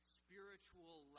spiritual